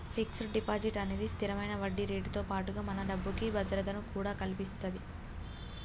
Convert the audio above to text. fixed deposit అనేది స్తిరమైన వడ్డీరేటుతో పాటుగా మన డబ్బుకి భద్రతను కూడా కల్పిత్తది